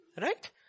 right